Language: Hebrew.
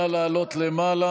נא לעלות למעלה,